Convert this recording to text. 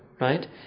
Right